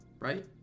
Right